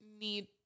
need